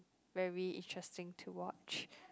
very interesting to watch